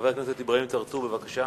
חבר הכנסת אברהים צרצור, בבקשה.